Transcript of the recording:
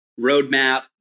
Roadmap